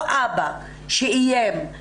אותו אבא שאיים,